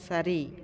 சரி